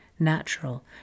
natural